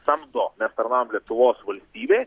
samdo mes tarnaujam lietuvos valstybė